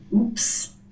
oops